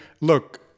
look